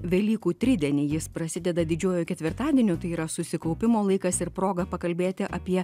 velykų tridienį jis prasideda didžiuoju ketvirtadieniu tai yra susikaupimo laikas ir proga pakalbėti apie